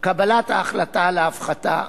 קבלת ההחלטה על הפחתה,